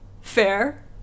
fair